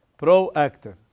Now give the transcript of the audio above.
Proactive